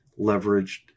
leveraged